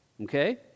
Okay